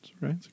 Right